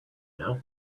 now